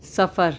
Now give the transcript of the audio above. صفر